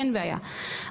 אין בעיה,